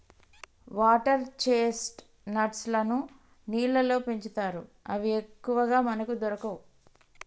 water chestnuts లను నీళ్లల్లో పెంచుతారు అవి ఎక్కువగా మనకు దొరకవు